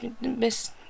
miss